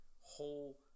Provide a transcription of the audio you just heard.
whole